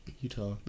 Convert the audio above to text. Utah